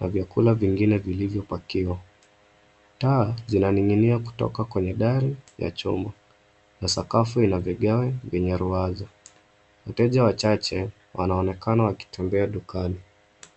na vyakula vingine vilivyo pakiwa. Taa zinaninginia kutoka kwenye dari ya chuma na sakafu ina vigae vya ruaza. Wateja wachahe wanaonekana wakitembea dukani.